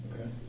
Okay